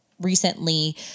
recently